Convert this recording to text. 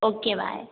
okay bye